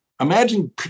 imagine